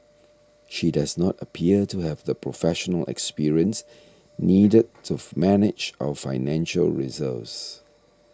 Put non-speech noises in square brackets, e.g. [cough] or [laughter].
she does not appear to have the professional experience needed to [noise] manage our financial reserves